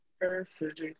Perfect